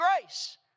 grace